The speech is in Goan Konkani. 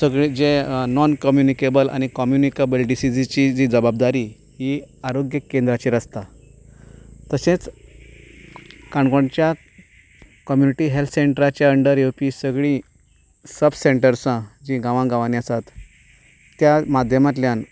सगलें जें नॉनकम्युनिकेबल आनी कम्युनिकबल डीसीजीची जबाबदारी ही आरोग्य केंद्राचेर आसता तशेंच काणकोणच्या कम्युनिटी हेल्थ सेंटराच्या अंडर येवपी सगळीं सब सेंटर्सां जीं गांवांगांवांनी आसा त्या माध्यमांतल्यान